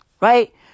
Right